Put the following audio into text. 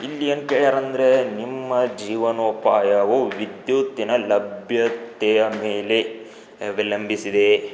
ಇಲ್ಲಿ ಏನು ಕೇಳ್ಯಾರ ಅಂದರೆ ನಿಮ್ಮ ಜೀವನೋಪಾಯವು ವಿದ್ಯುತ್ತಿನ ಲಭ್ಯತೆಯ ಮೇಲೆ ಅವಲಂಬಿಸಿದೆಯೇ